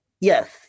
Yes